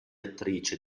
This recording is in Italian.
attrice